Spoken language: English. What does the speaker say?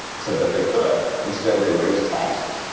said that they could, instead they raise taxes.